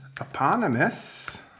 eponymous